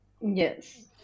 yes